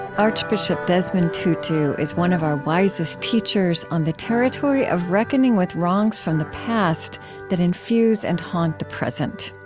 archbishop desmond tutu is one of our wisest teachers on the territory of reckoning with wrongs from the past that infuse and haunt the present.